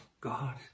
God